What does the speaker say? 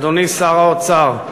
אדוני שר האוצר,